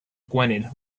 gwynedd